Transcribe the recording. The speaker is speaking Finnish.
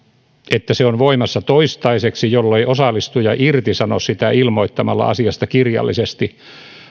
että se on voimassa toistaiseksi jollei osallistuja irtisano sitä ilmoittamalla asiasta kirjallisesti